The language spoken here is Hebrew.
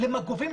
למגובים,